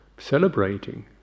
celebrating